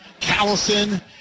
Callison